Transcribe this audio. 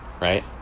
right